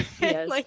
Yes